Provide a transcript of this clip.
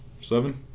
seven